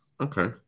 Okay